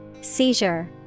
Seizure